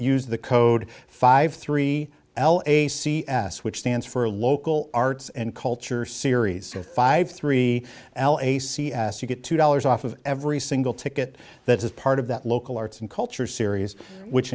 use the code five three l a c s which stands for a local arts and culture series five three a c s you get two dollars off of every single ticket that is part of that local arts and culture series which